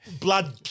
blood